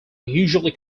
usually